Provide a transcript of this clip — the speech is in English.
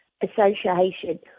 Association